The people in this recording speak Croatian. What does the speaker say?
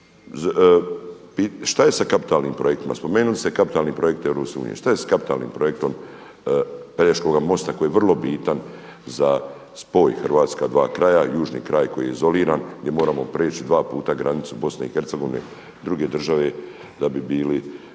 šta je sa kapitalnim projektima? Spomenuli ste kapitalni projekt Europske unije? Šta je sa kapitalnim projektom Pelješkoga mosta koji je vrlo bitan za spoj hrvatska dva kraja, južni kraj koji je izoliran, gdje moramo prijeći dva puta granicu Bosne i Hercegovine, druge države da bi bili